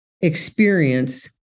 experience